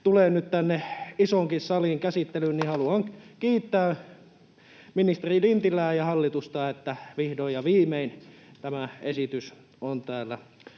tulee nyt tänne isoonkin saliin käsittelyyn. Haluan kiittää ministeri Lintilää ja hallitusta, että vihdoin ja viimein tämä esitys on täällä